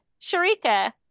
Sharika